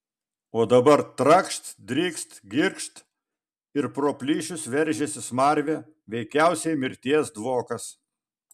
o dabar trakšt drykst girgžt ir pro plyšius veržiasi smarvė veikiausiai mirties dvokas